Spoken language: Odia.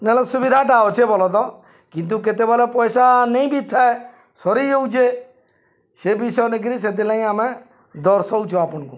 ନହେଲେ ସୁବିଧାଟା ଅଛେ ଭଲ ତ କିନ୍ତୁ କେତେବେଳେ ପଇସା ନେଇ ବି ଥାଏ ସରିଯାଉଛେ ସେ ବିଷୟ ନେଇକିରି ସେଥିର୍ ଲାଗି ଆମେ ଦର୍ଶଉଛୁ ଆପଣଙ୍କୁ